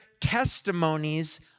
testimonies